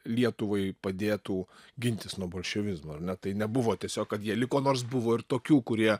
lietuvai padėtų gintis nuo bolševizmo ar ne tai nebuvo tiesiog kad jie liko nors buvo ir tokių kurie